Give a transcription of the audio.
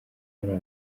muri